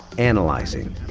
analyzing,